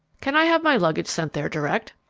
can i have my luggage sent there direct?